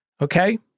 okay